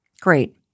Great